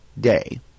day